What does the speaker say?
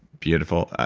beautiful.